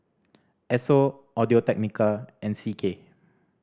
Esso Audio Technica and C K